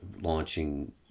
launching